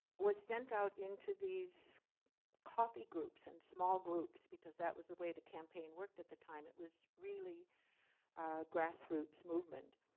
was sent out into these coffee groups and small groups, because that was the way the campaign worked at the time. it was really a grassroots movement.